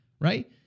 right